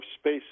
Space